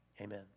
Amen